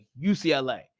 UCLA